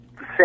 say